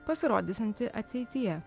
pasirodysiantį ateityje